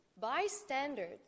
bystanders